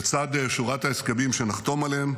לצד שורת ההסכמים שנחתום עליהם,